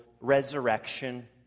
resurrection